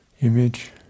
image